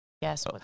Yes